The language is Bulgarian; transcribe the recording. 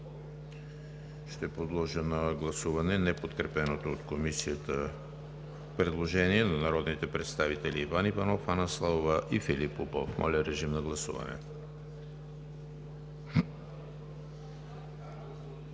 Подлагам на гласуване неподкрепеното от Комисията предложение на народните представители Иван Иванов, Анна Славова и Филип Попов. Гласували